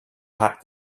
packed